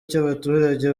cy’abaturage